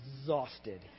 exhausted